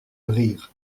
rire